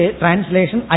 translation